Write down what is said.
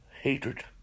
hatred